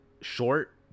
short